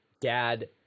dad